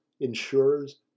insurers